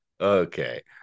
Okay